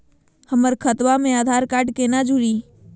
हमर खतवा मे आधार कार्ड केना जुड़ी?